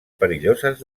perilloses